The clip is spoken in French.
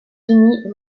unis